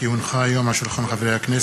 כי הונחה היום על שולחן הכנסת